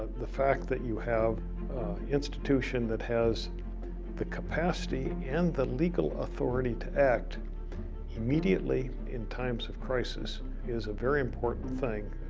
the fact that you have an institution that has the capacity and the legal authority to act immediately in times of crisis is a very important thing.